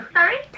Sorry